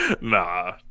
Nah